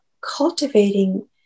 cultivating